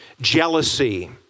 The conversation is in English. jealousy